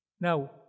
Now